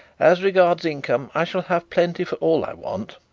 as regards income i shall have plenty for all i want.